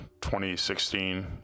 2016